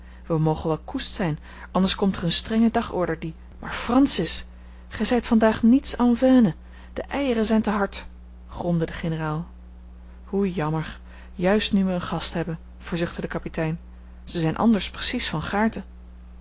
wij mogen wel koest zijn anders komt er een strenge dagorder die maar francis gij zijt vandaag niets en veine de eieren zijn te hard gromde de generaal hoe jammer juist nu we een gast hebben verzuchtte de kapitein ze zijn anders precies van gaarte